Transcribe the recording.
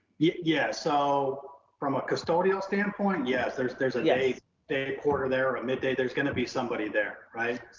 yeah yeah, so from a custodial standpoint, yes, there's, there's yeah a day porter, there are mid-day, there's gonna be somebody there, right?